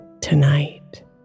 tonight